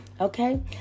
okay